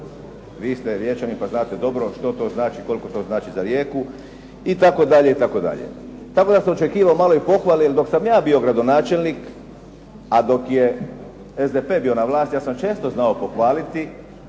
Vi ste Riječanin pa znate dobro što to znači i koliko to znači za Rijeku itd. Tako da sam očekivao malo i pohvale jer dok sam ja bio gradonačelnik a dok je SDP bio na vlasti ja sam često znao pohvaliti